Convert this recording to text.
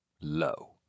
low